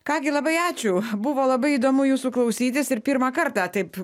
ką gi labai ačiū buvo labai įdomu jūsų klausytis ir pirmą kartą taip